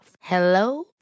Hello